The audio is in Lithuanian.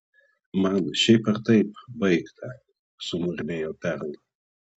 man šiaip ar taip baigta sumurmėjo perl